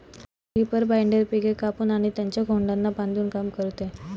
reaper binder पिके कापून आणि त्यांच्या खोडांना बांधून काम करते